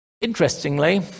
Interestingly